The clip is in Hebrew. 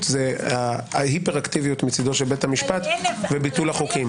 זה ההיפר אקטיביות מצידו של בית המשפט וביטול החוקים.